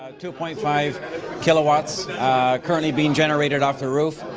ah two point five kilowatts currently being generated off the roof.